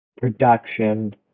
production